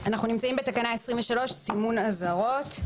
אנחנו נמצאים בתקנה 23, סימון אזהרות.